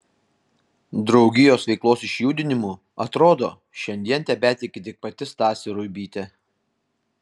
draugijos veiklos išjudinimu atrodo šiandien tebetiki tik pati stasė ruibytė